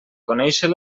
conéixer